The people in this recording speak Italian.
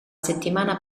settimana